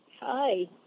Hi